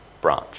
branch